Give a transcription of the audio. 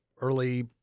early